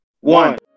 one